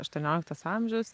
aštuonioliktas amžius